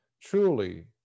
truly